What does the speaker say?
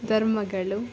ಧರ್ಮಗಳು